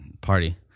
party